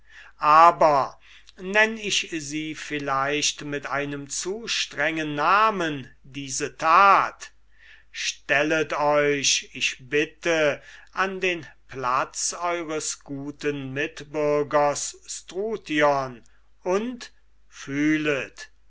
aber nenn ich sie vielleicht mit einem zu strengen namen diese tat stellet euch ich bitte an den platz eures guten mitbürgers struthion und fühlet